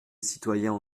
citoyens